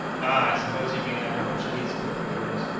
i suppose you mean that portuguese cook of yours.